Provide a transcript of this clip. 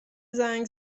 زنگ